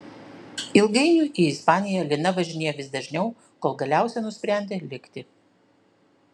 ilgainiui į ispaniją lina važinėjo vis dažniau kol galiausiai nusprendė likti